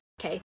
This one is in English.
Okay